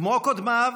כמו קודמיו,